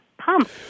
pump